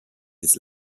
his